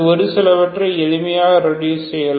ஒரு சிலவற்றை எளிமையாக ரெடுஸ் செய்யலாம்